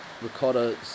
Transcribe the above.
ricotta